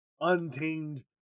untamed